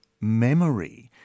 memory